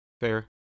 fair